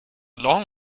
long